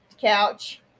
couch